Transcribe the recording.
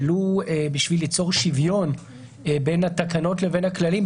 ולו כדי ליצור שוויון בין התקנות לבין הכללי,